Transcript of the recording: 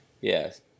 Yes